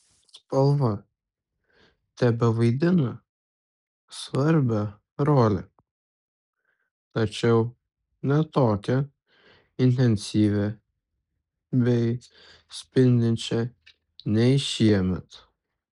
spalva tebevaidina svarbią rolę tačiau ne tokią intensyvią bei spindinčią nei šiemet